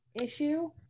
issue